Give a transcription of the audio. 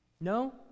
No